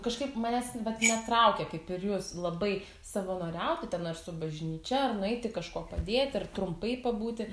kažkaip manęs netraukia kaip ir jūs labai savanoriauti ten aš su bažnyčia ar nueiti kažkuo padėti ar trumpai pabūti